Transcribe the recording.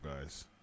guys